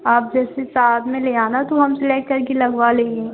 आप जैसे साथ में ले आना तो हम सेलेक्ट कर के लगवा लेंगे